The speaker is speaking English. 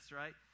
right